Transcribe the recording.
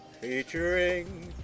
Featuring